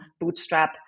Bootstrap